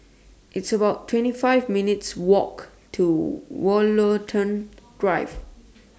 It's about twenty five minutes' Walk to Woollerton Drive